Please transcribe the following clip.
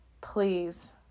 Please